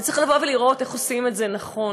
וצריך לבוא ולראות איך עושים את זה נכון,